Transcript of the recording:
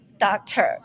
doctor